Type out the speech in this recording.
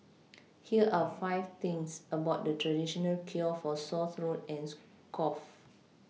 here are five things about the traditional cure for sore throat and cough